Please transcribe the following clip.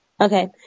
Okay